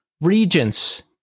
Regents